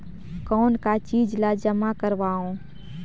कौन का चीज ला जमा करवाओ?